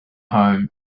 home